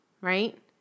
right